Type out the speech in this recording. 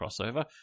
crossover